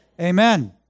Amen